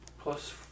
Plus